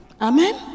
Amen